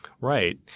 Right